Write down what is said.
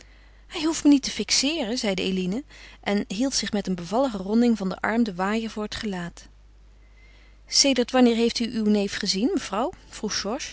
hij hoeft me niet te fixeeren zeide eline en hield zich met een bevallige ronding van den arm den waaier voor het gelaat sedert wanneer heeft u uw neef gezien mevrouw